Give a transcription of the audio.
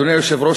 אדוני היושב-ראש,